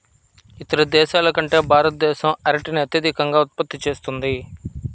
ఇతర దేశాల కంటే భారతదేశం అరటిని అత్యధికంగా ఉత్పత్తి చేస్తుంది